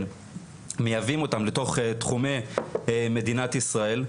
מייבאים אותן לתוך תחומי מדינת ישראל.